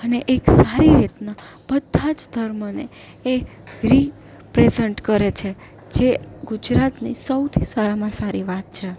અને એક સારી રીતના બધા જ ધર્મને એ રિપ્રેઝન્ટ કરે છે જે ગુજરાતની સૌથી સારામાં સારી વાત છે